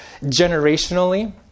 generationally